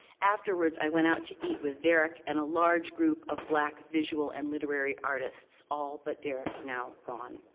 afterwards, i went out to eat with derek and a large group of black visual and literary artists, all but derek, now gone.